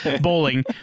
bowling